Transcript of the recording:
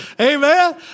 Amen